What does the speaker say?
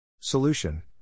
Solution